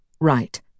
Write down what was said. Right